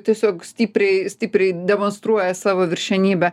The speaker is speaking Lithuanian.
tiesiog stipriai stipriai demonstruoja savo viršenybę